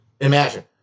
imagine